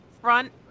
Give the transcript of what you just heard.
front